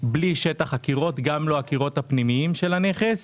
בלי שטח הקירות; גם לא את הקירות הפנימיים של הנכס.